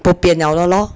bopian 了了 lor